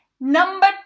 Number